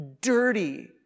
dirty